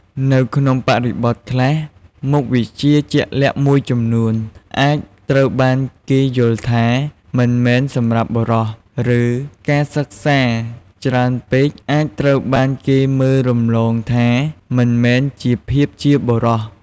នៅក្នុងបរិបទខ្លះ មុខវិជ្ជាជាក់លាក់មួយចំនួនអាចត្រូវបានគេយល់ថា "មិនមែនសម្រាប់បុរស" ឬការសិក្សាច្រើនពេកអាចត្រូវបានគេមើលរំលងថា "មិនមែនជាភាពជាបុរស" ។